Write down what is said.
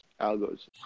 algos